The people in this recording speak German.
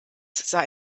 sah